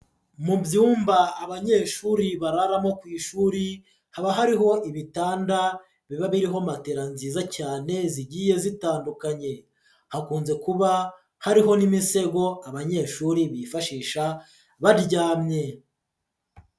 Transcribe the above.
Mu byumba abanyeshuri bararamo ku ishuri haba hariho ibitanda biba biriho matera nziza cyane zigiye zitandukanye, hakunze kuba hariho n'imisego abanyeshuri bifashisha baryamye.